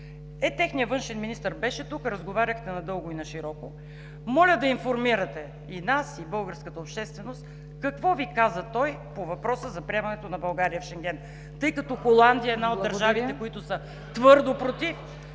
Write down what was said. Е, техният външен министър беше тук, разговаряхте надълго и нашироко. Моля да информирате и нас, и българската общественост какво Ви каза той по въпроса за приемането на България в Шенген, тъй като Холандия е една от държавите… ПРЕДСЕДАТЕЛ ЦВЕТА